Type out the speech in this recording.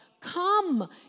Come